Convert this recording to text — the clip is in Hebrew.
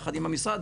יחד םע המשרד,